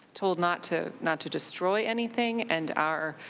told not to not to destroy anything and our